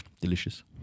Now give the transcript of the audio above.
Delicious